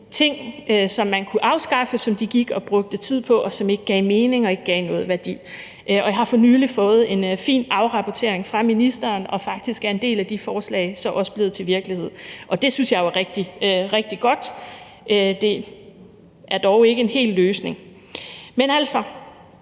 ting, som man kunne afskaffe, som de gik og brugte tid på, og som ikke gav mening og ikke gav noget værdi. Jeg har for nylig fået en fin afrapportering fra ministeren, og faktisk er en del af de forslag også blevet til virkelighed. Det synes jeg er rigtig godt. Kl. 17:34 Det er dog ikke en hel løsning. Men